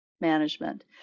management